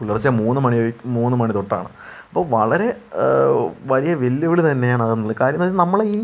പുലർച്ചേ മൂന്നു മണിയ് മൂന്നു മണി തൊട്ടാണ് അപ്പോൾ വളരെ വലിയ വെല്ലുവിളി തന്നെയാണ് അതെന്നുള്ള കാര്യം അതു നമ്മളുടെ ഈ